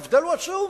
ההבדל הוא עצום.